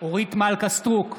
אורית מלכה סטרוק,